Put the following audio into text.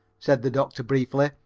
said the doctor briefly,